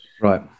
Right